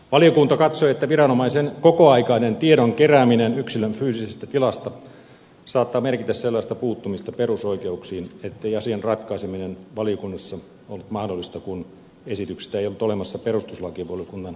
valiokunta katsoi että viranomaisen kokoaikainen tiedon kerääminen yksilön fyysisestä tilasta saattaa merkitä sellaista puuttumista perusoikeuksiin ettei asian ratkaiseminen valiokunnassa ollut mahdollista kun esityksestä ei ollut olemassa perustuslakivaliokunnan lausuntoa